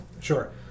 Sure